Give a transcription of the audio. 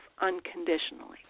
unconditionally